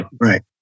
Right